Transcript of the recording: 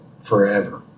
forever